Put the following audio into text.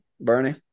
bernie